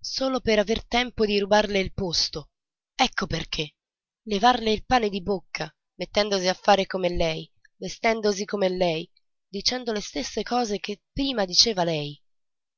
solo per aver tempo di rubarle il posto ecco perché levarle il pane di bocca mettendosi a far come lei vestendosi come lei dicendo le stesse cose che prima diceva lei